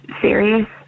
serious